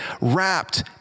wrapped